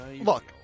look